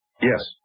Yes